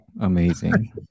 amazing